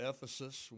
Ephesus